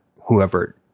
whoever